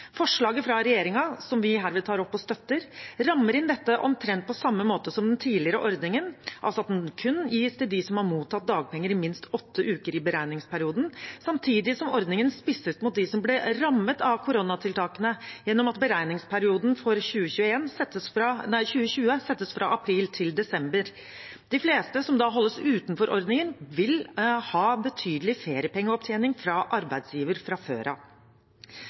Forslaget fra regjeringen, som vi herved tar opp og støtter, rammer inn dette omtrent på samme måte som den tidligere ordningen, altså at den kun gis til dem som har mottatt dagpenger i minst åtte uker i beregningsperioden, samtidig som ordningen spisses mot dem som ble rammet av koronatiltakene, gjennom at beregningsperioden for 2020 settes fra april til desember. De fleste som da holdes utenfor ordningen, vil ha betydelig feriepengeopptjening fra arbeidsgiver fra før av.